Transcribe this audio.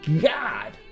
God